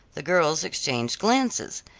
the girls exchanged glances.